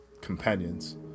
companions